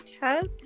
test